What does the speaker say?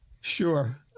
Sure